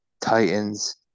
Titans